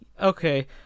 okay